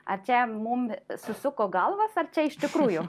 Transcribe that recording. ar čia mum susuko galvas ar čia iš tikrųjų